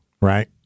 right